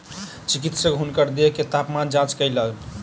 चिकित्सक हुनकर देह के तापमान जांच कयलक